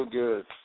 good